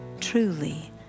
Truly